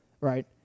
right